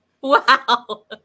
Wow